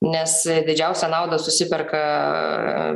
nes didžiausią naudą susiperka